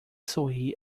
sorri